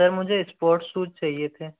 sir मुझे sport shoes चाहिए थे